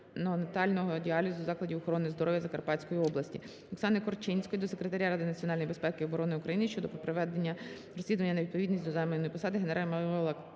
Дякую.